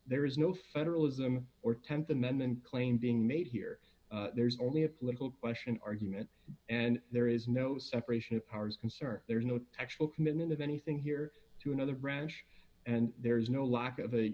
there is no federalism or th amendment claim being made here there is only a political question argument and there is no separation of powers concern there is no actual commitment of anything here to another branch and there is no lack of a